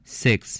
six